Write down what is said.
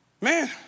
Man